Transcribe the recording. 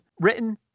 written